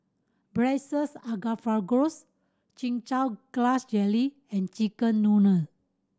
Braised Asparagus Chin Chow Grass Jelly and chicken noodle